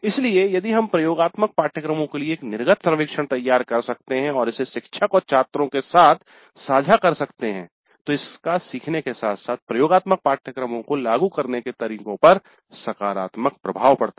इसलिए यदि हम प्रयोगात्मक पाठ्यक्रमों के लिए एक निर्गत सर्वेक्षण तैयार कर सकते हैं और इसे शिक्षक और छात्रों के साथ साझा कर सकते हैं तो इसका सीखने के साथ साथ प्रयोगात्मक पाठ्यक्रम को लागू करने के तरीके पर सकारात्मक प्रभाव पड़ता है